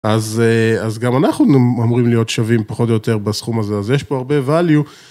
אז גם אנחנו אמורים להיות שווים פחות או יותר בסכום הזה, אז יש פה הרבה value.